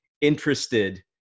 interested